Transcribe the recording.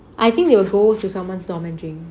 I think they will follow to someone's dorm and drink